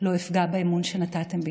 לא אפגע באמון שנתתם בי.